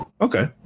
okay